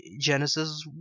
Genesis